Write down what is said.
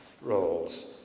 roles